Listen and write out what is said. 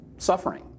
suffering